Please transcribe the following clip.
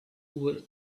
were